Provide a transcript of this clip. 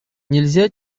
нельзя